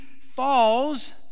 falls